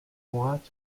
угааж